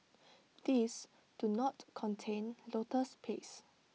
these do not contain lotus paste